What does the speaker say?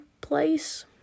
place